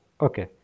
Okay